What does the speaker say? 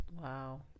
Wow